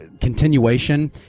continuation